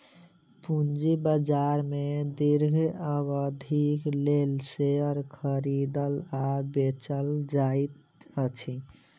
पूंजी बाजार में दीर्घ अवधिक लेल शेयर खरीदल आ बेचल जाइत अछि